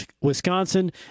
Wisconsin